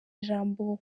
ijambo